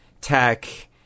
tech